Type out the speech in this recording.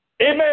Amen